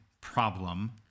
problem